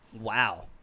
Wow